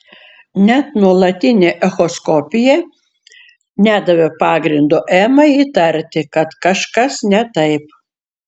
net nuolatinė echoskopija nedavė pagrindo emai įtarti kad kažkas ne taip